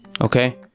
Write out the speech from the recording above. okay